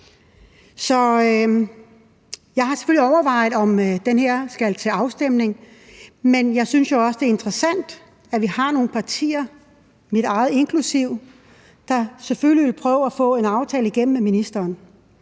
Jeg har selvfølgelig overvejet, om det her skal til afstemning, men jeg synes jo også, det er interessant, at vi har nogle partier – mit eget inklusive – der selvfølgelig vil prøve at få en aftale igennem med ministeren.